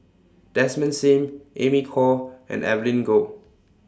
Desmond SIM Amy Khor and Evelyn Goh